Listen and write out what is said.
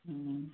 ହୁଁ